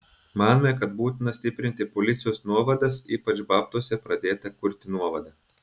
manome kad būtina stiprinti policijos nuovadas ypač babtuose pradėtą kurti nuovadą